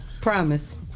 Promise